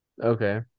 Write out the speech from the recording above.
Okay